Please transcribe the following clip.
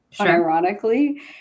ironically